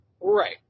Right